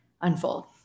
unfold